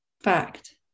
fact